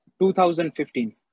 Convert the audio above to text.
2015